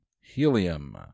Helium